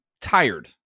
tired